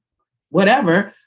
whatever.